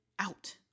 out